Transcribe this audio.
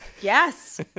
Yes